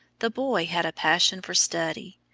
the boy had a passion for study.